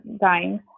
dying